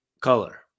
color